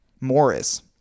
Morris